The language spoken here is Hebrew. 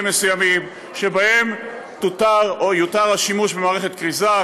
מסוימים שבהם תותר או יותר השימוש במערכת כריזה,